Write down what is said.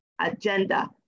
agenda